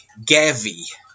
GAVI